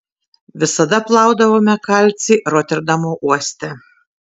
visada plaudavome kalcį roterdamo uoste